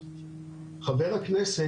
חבר הכנסת,